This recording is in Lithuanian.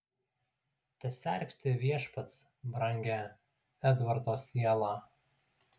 tesergsti viešpats brangią edvardo sielą